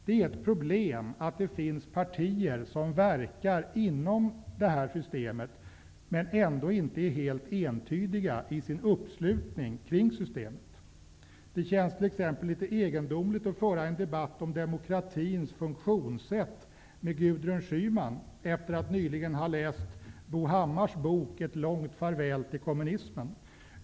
Det är ett problem att det finns partier som verkar inom det här systemet, men ändå inte är helt entydiga i sin uppslutning kring systemet. Det känns t.ex. litet egendomligt att föra en debatt om demokratins funktionssätt med Gudrun Schyman efter att nyligen ha läst Bo Hammars bok Ett långt farväl till kommunismen.